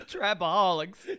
Trapaholics